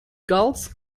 gulls